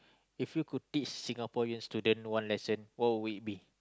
if you could teach Singaporean student one lesson what would it be